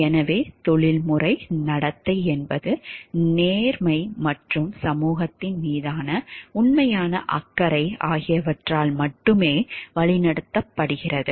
எனவே தொழில்முறை நடத்தை என்பது நேர்மை மற்றும் சமூகத்தின் மீதான உண்மையான அக்கறை ஆகியவற்றால் மட்டுமே வழிநடத்தப்படுகிறது